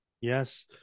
yes